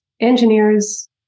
engineers